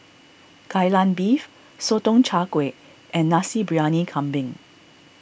Kai Lan Beef Sotong Char Kway and Nasi Briyani Kambing